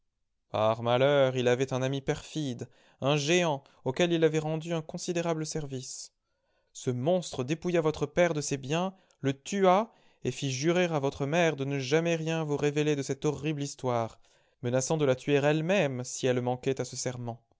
par malheur il avait un ami perfide un géant auquel il avait rendu un considérable service ce monstre dépouilla votre père de ses biens le tua et lit jurer à votre mère de ne jamais rien vous révéler de cette horrible histoire menaçant de la tuer elle-même si elle manquait à ce serment